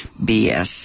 BS